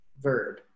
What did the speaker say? verb